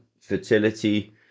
fertility